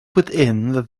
within